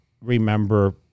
remember